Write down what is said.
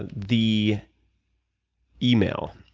ah the email